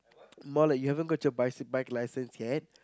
more like you haven't got your bicy~ bike license yet